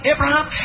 Abraham